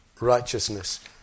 righteousness